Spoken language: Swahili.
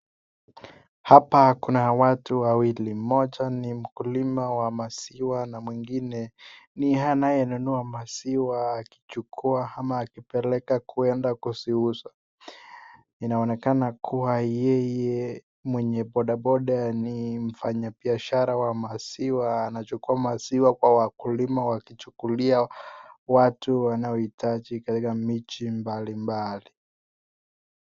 Hapa Kuna watu wawili moja ni mkulima wa maziwa mwengine ni anayenunua maziwa akichukua ama akipeleka uenda kuziuza, inaonekana kuwa yeye mwenye bodaboda ni mfanyibiashara wa maziwa anachukua maziwa kwa wakulima wakichukulia watu wanaoitaji katika mji mbalimbali.